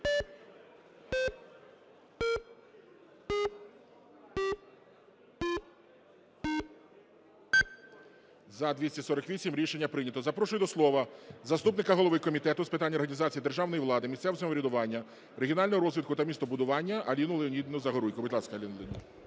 За-248 Рішення прийнято. Запрошую до слова заступника голови Комітету з питань організації державної влади, місцевого самоврядування, регіонального розвитку та містобудування Аліну Леонідівну Загоруйко. Будь ласка, Аліно Леонідівно.